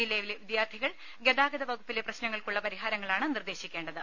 ജില്ലയിലെ വിദ്യാർത്ഥികൾ ഗതാഗത വകുപ്പിലെ പ്രശ് നങ്ങൾക്കുള്ള പരിഹാരഹങ്ങളാണ് നിർദ്ദേശിക്കേണ്ടത്